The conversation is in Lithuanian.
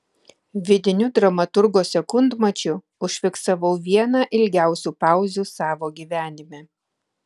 vidiniu dramaturgo sekundmačiu užfiksavau vieną ilgiausių pauzių savo gyvenime